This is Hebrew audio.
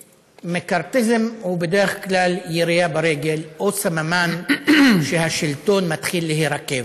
מקרתיזם הוא בדרך כלל ירייה ברגל או סממן שהשלטון מתחיל להירקב.